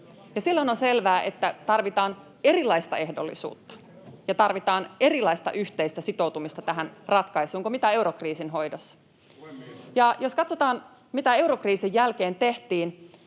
Silloin on selvää, että tarvitaan erilaista ehdollisuutta ja tarvitaan erilaista yhteistä sitoutumista tähän ratkaisuun kuin eurokriisin hoidossa. Ja jos katsotaan, mitä eurokriisin jälkeen tehtiin,